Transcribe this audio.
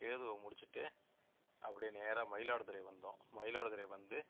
கேதுவை முடிச்சுட்டு அப்படியே நேராக மயிலாடுதுறை வந்தோம் மயிலாடுதுறை வந்து